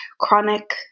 chronic